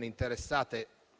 interessate